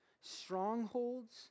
strongholds